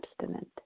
abstinent